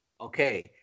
Okay